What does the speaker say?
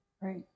right